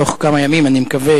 בתוך כמה ימים אני מקווה,